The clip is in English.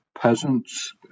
peasants